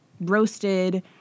Roasted